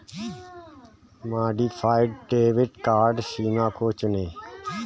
modified debit card सीमा को चुनें